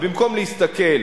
אז במקום להסתכל